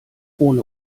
ohne